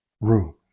room